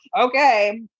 okay